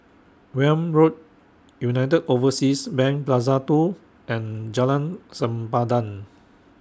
Welm Road United Overseas Bank Plaza two and Jalan Sempadan